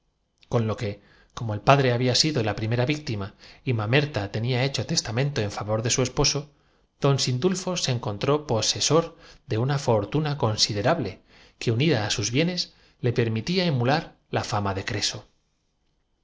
con lo que como el padre había sido la también se le iban los ojos detrás de los uniformes pero don sindulfo comprendiendo que este es acha primera víctima y mamerta tenía hecho testamento en favor de su que de muchachas se ponía de cuando en cuando el esposo don sindulfo se encontró pose sor de una fortuna considerable de nacional de caballería que usó en el bienio y la que unida á sus bie nes le permitía emular la fama de creso